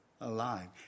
alive